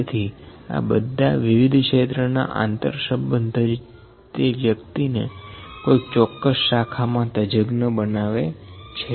તેથી આં બધાં વિવિઘ ક્ષેત્રના આંતરસંબંધ જ તે વ્યક્તિને કોઈક ચોકસ શાખામાં તજજ્ઞ બનાવે છે